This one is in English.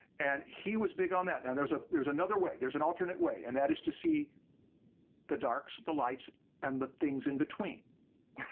and he was big on that. now, there's ah there's another way, there's an alternate way, and that is to see the darks, the lights and the things in between.